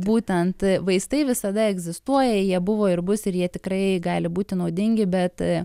būtent vaistai visada egzistuoja jie buvo ir bus ir jie tikrai gali būti naudingi bet